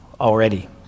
already